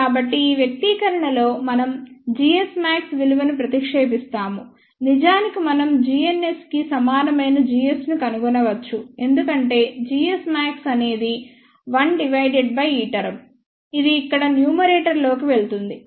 కాబట్టి ఈ వ్యక్తీకరణలో మనం gsmax విలువను ప్రతిక్షేపిస్తామునిజానికి మనం gns కి సమానమైన gs ను కనుగొనవచ్చు ఎందుకంటే gsmax అనేది 1 డివైడెడ్ బై ఈ టర్మ్ ఇది ఇక్కడ న్యూమరేటర్ లోకి వెళ్తుంది